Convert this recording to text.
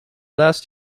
last